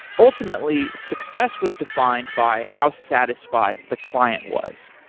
ultimately, success was defined by how satisfied the client was.